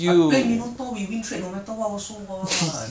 I play minotaur we win trade no matter what also [what]